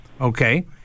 okay